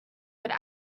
would